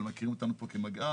אבל מכירים אותנו פה כמגע"ר.